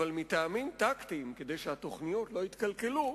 אבל מטעמים טקטיים, כדי שהתוכניות לא יתקלקלו,